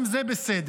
גם זה בסדר,